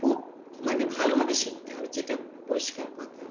খুব মানে ভালোভাবে শিখতে হবে যেটা পরিষ্কার কথা